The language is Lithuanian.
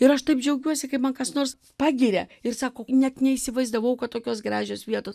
ir aš taip džiaugiuosi kai man kas nors pagiria ir sako net neįsivaizdavau kad tokios gražios vietos